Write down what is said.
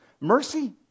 Mercy